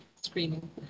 screaming